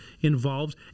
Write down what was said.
involved